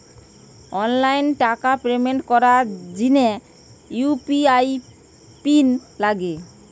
online টাকার payment করার জিনে ইউ.পি.আই পিন লাগে